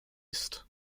east